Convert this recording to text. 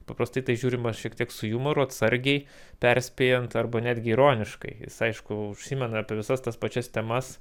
paprastai į tai žiūrima šiek tiek su jumoru atsargiai perspėjant arba netgi ironiškai jis aišku užsimena apie visas tas pačias temas